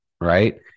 right